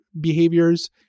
behaviors